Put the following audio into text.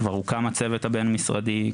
כבר הוקם הצוות הבין-משרדי,